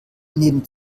neben